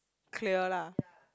clear lah